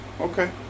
Okay